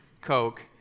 Coke